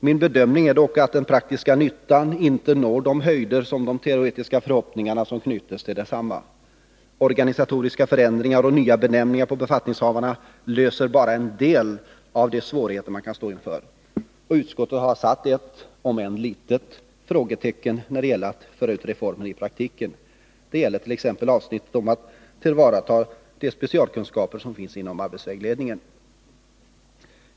Min bedömning är dock att den praktiska nyttan inte når samma höjder som de teoretiska förhoppningar som knyts till det. Organisatoriska förändringar och nya benämningar på befattningshavarna löser bara en del av de svårigheter man kan stå inför. Utskottet hade satt ett — om än litet — frågetecken när det gäller att föra ut reformen i praktiken. Det gäller t.ex. avsnittet om att tillvarata de specialkunskaper som finns inom arbetsvägledningen.